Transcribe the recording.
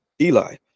eli